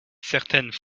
certaines